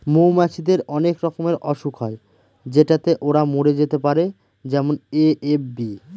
মৌমাছিদের অনেক রকমের অসুখ হয় যেটাতে ওরা মরে যেতে পারে যেমন এ.এফ.বি